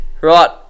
Right